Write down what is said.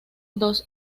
dos